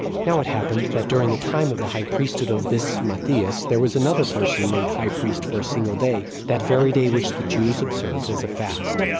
now it happened, that during the time of the high priesthood of this matthias, there was another person made high priest for a single day, that very day which the jews observed as a fast.